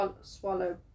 swallow